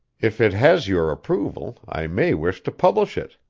if it has your approval i may wish to publish it.